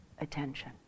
attention